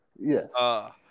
Yes